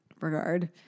regard